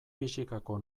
fisikako